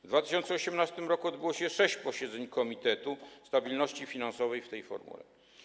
W 2018 r. odbyło się sześć posiedzeń Komitetu Stabilności Finansowej w tej formule.